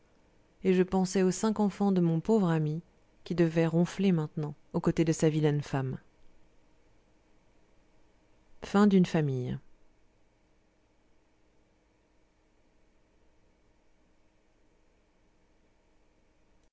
et je pensai aux cinq enfants de mon pauvre ami qui devait ronfler maintenant aux côtés de sa vilaine femme